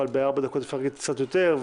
אבל בארבע אפשר להגיד קצת יותר.